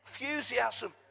enthusiasm